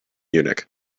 munich